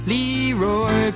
Leroy